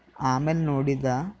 ಆಮೇಲೆ ನೋಡಿದೆ